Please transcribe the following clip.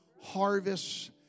harvests